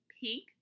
pink